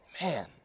Man